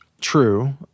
true